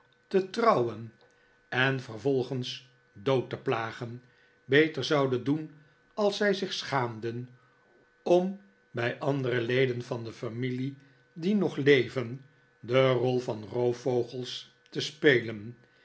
te trouwen en vervolgens dood te plagen beter zouden doen als zij zich schaamden om bij andere leden van de familie die nog leven de rol van roofvogels te spelen